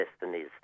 destinies